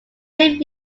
live